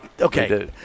Okay